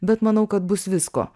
bet manau kad bus visko